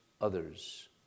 others